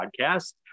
Podcast